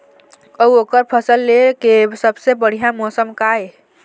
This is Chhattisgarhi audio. अऊ ओकर फसल लेय के सबसे बढ़िया मौसम का ये?